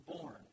born